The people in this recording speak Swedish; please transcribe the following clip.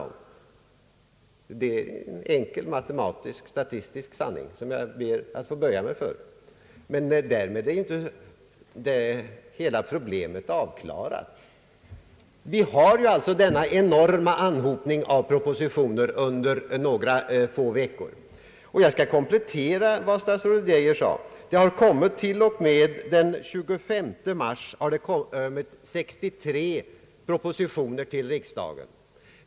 Det är en enkel matematisk-statistisk sanning, som jag ber att få böja mig för, men därmed är inte hela problemet avklarat. Vi har en enorm anhopning av propositioner under några få veckor. Jag vill komplettera statsrådet Geijers uppgifter: till och med den 25 mars har 63 propositioner avlämnats till riksdagen.